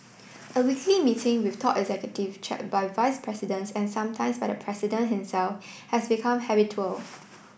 a weekly meeting with top executive chair by vice presidents and sometimes by the president himself has become habitual